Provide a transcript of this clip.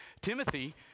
Timothy